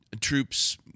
troops